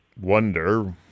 wonder